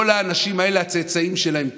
כל האנשים האלה, הצאצאים שלהם כאן.